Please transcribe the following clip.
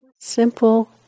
Simple